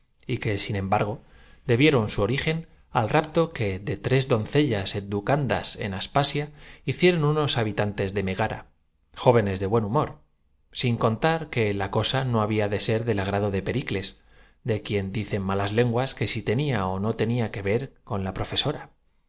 y que sin embargo debieron su origen al rapto que de tres doncellas educandas de aspasia hicieron unos habitantes de megara jóvenes de buen humor sin contar que la cosa no había de del ser agrado de periclesde quien dicen malas lenguas si tenía ó no que ver con la profesora